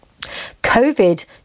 COVID